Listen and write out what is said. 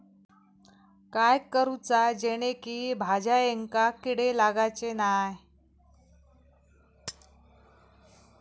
काय करूचा जेणेकी भाजायेंका किडे लागाचे नाय?